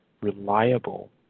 reliable